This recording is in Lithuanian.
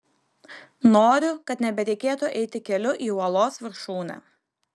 noriu kad nebereikėtų eiti keliu į uolos viršūnę